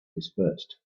dispersed